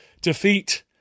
defeat